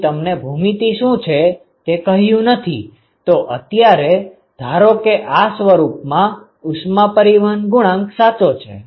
અહીં તમને ભૂમિતિ શું છે તે કહ્યું નથી તો અત્યારે ધારો કે આ સ્વરૂપમાં ઉષ્મા પરિવહન વળાંક સાચો છે